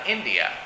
India